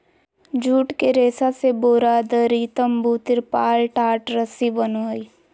जुट के रेशा से बोरा, दरी, तम्बू, तिरपाल, टाट, रस्सी बनो हइ